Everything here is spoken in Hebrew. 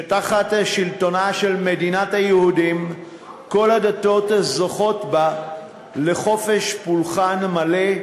שתחת שלטונה של מדינת היהודים כל הדתות זוכות בה לחופש פולחן מלא,